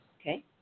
Okay